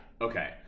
Okay